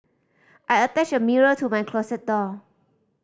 I attached a mirror to my closet door